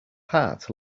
heart